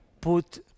put